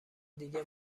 دیگه